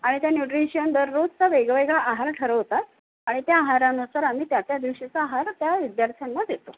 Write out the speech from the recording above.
आणि त्या न्यूट्रिशियन दररोजचा वेगवेगळा आहार ठरवतात आणि त्या आहारानुसार आम्ही त्या त्या दिवशीचा आहार त्या विद्यार्थ्यांना देतो